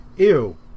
ew